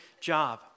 job